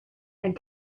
and